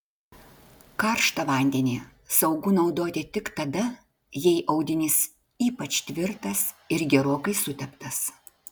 karštą vandenį saugu naudoti tik tada jei audinys ypač tvirtas ir gerokai suteptas